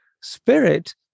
spirit